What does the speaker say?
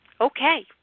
Okay